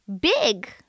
big